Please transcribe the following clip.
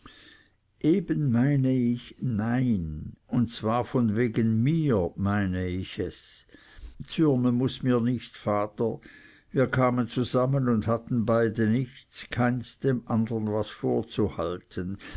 eben meine ich nein und zwar von wegen mir meine ich es zürnen mußt mir nicht vater wir kamen zusammen und hatten beide nichts keins dem andern was vorzuhalten